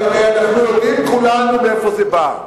אנחנו יודעים כולנו מאיפה זה בא.